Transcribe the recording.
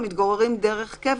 "מתגוררים דרך קבע",